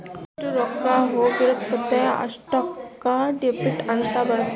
ಎಷ್ಟ ರೊಕ್ಕ ಹೋಗಿರುತ್ತ ಅಷ್ಟೂಕ ಡೆಬಿಟ್ ಅಂತ ಬರುತ್ತ